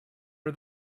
are